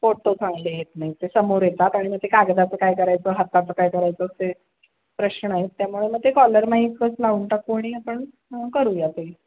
photo चांगले येत नाहीत ते समोर येतात आणि मग ते कागदाचं काय करायचं हाताचं काय करायचं ते प्रश्न आहेत त्यामुळे मग ते कॉलर माईकच लावून टाकू आणि आपण करूया ते